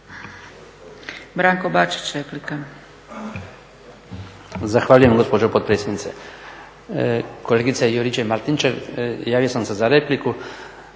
Branko (HDZ)** Zahvaljujem gospođo potpredsjednice. Kolegice Juričev-Martinčev, javio sam se za repliku